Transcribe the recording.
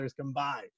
combined